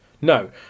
No